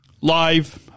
live